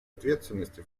ответственности